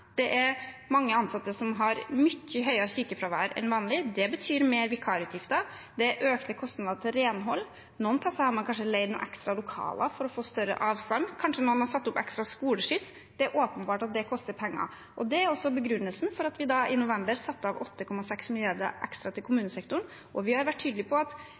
det er mange ansatte som har mye høyere sykefravær enn vanlig. Det betyr større vikarutgifter. Det er økte kostnader til renhold, noen steder har man kanskje leid ekstra lokaler for å få større avstand, og kanskje har noen satt opp ekstra skoleskyss. Det er åpenbart at det koster penger. Det er også begrunnelsen for at vi i november satte av 8,6 mrd. kr ekstra til kommunesektoren. Vi har vært tydelige på at